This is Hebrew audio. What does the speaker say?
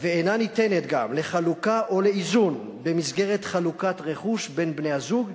ואינה ניתנת גם לחלוקה או לאיזון במסגרת חלוקת רכוש בין בני-הזוג,